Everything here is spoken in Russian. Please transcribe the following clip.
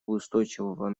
устойчивого